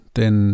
den